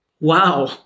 Wow